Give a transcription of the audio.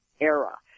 era